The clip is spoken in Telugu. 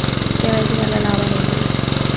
కే.వై.సీ వల్ల లాభాలు ఏంటివి?